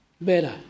Better